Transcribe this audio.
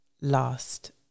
last